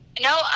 No